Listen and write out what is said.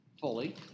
fully